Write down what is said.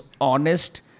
honest